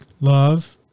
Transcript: love